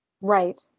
Right